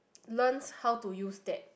learns how to use that